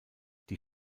die